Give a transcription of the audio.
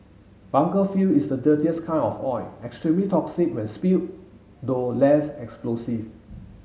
bunker fuel is the dirtiest kind of oil extremely toxic when spilled though less explosive